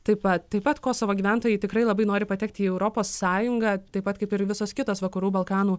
taip pat taip pat kosovo gyventojai tikrai labai nori patekti į europos sąjungą taip pat kaip ir visos kitos vakarų balkanų